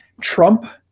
Trump